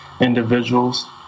individuals